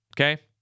Okay